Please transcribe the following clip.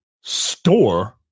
Store